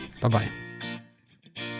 Bye-bye